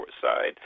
side